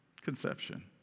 Conception